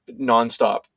nonstop